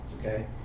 Okay